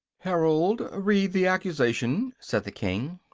herald! read the accusation! said the king.